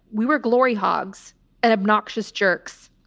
we were glory hogs and obnoxious jerks.